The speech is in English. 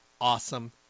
awesome